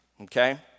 okay